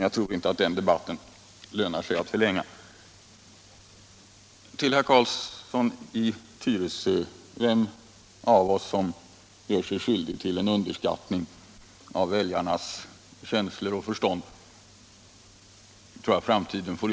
Jag tror inte att det lönar sig att förlänga den debatten. Vem av oss, herr Carlsson i Tyresö, som gör sig skyldig till en underskattning av väljarnas känslor och förstånd får framtiden utvisa.